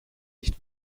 nicht